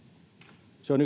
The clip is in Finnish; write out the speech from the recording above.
se on